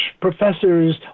professors